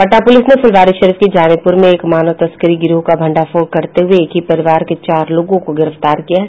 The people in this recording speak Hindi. पटना पुलिस ने फुलवारीशरीफ के जानीपुर में एक मानव तस्करी गिरोह का भंडाफोड़ करते हुए एक ही परिवार के चार लोगों को गिरफ्तार किया है